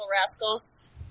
rascals